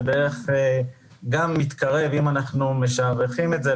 זה גם מתקרב אם אנחנו משערכים את זה,